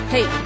Hey